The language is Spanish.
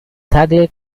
tagle